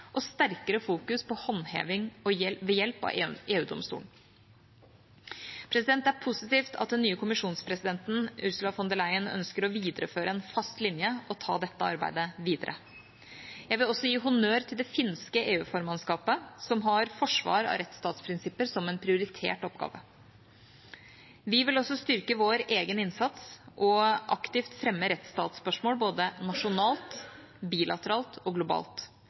og sterkere fokus på håndheving ved hjelp av EU-domstolen. Det er positivt at den nye kommisjonspresidenten Ursula von der Leyen ønsker å videreføre en fast linje og ta dette arbeidet videre. Jeg vil også gi honnør til det finske EU-formannskapet, som har forsvar av rettsstatsprinsipper som en prioritert oppgave. Vi vil styrke vår egen innsats og aktivt fremme rettsstatsspørsmål både nasjonalt, bilateralt og globalt.